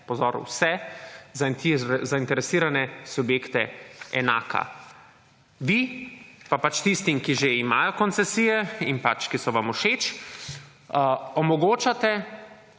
pozor – vse, zainteresirane subjekte enaka. Vi pa pač tistim, ki že imajo koncesije in pač, ki so vam všeč, omogočate,